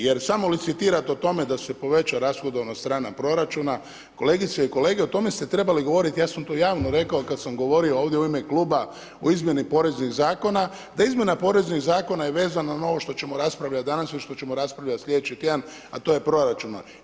Jer samo licitirati o tome da se poveća rashodovna strana proračuna, kolegice i kolege, o tome ste trebali govoriti, ja sam to javno rekao i kada sam govorio ovdje u ime kluba o Izmjeni poreznih zakona da Izmjena poreznih zakona je vezana na ovo što ćemo raspravljati danas i što ćemo raspravljati sljedeći tjedan a to je proračuna.